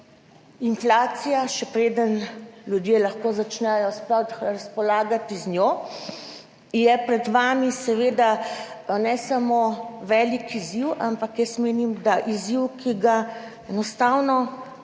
inflacija, še preden ljudje lahko začnejo sploh razpolagati z njo, je pred vami seveda ne samo velik izziv, ampak jaz menim, da izziv, ki ga enostavno